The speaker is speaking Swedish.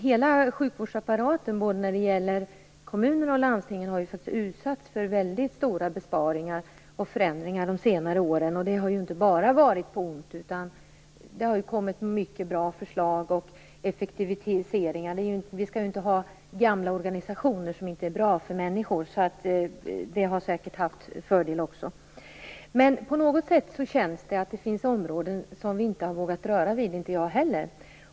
Hela sjukvårdsapparaten, både när det gäller kommunerna och landstingen, har ju utsatts för väldigt stora besparingar och förändringar de senare åren. Det har inte bara varit på ont, utan det har kommit fram mycket bra förslag och effektiviseringar. Vi skall ju inte ha gamla organisationer som inte är bra för människor, så det har säkert haft fördelar också. Men på något sätt känns det att det finns områden som vi inte har vågat röra vid - inte jag heller.